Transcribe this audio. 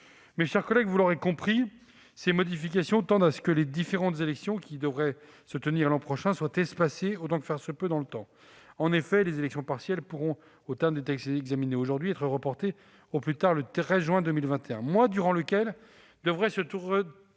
Mes chers collègues, vous l'aurez compris, ces modifications tendent à ce que les différentes élections qui devraient se tenir l'an prochain soient espacées, autant que faire se peut, dans le temps. En effet, les élections partielles pourront, aux termes des textes que nous examinons aujourd'hui, être reportées au plus tard au 13 juin 2021, mois durant lequel devraient se tenir,